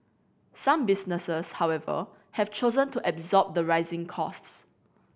some businesses however have chosen to absorb the rising costs